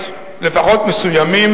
הולם, בנסיבות העניין,